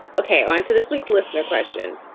ok, ah and so this week's listener question,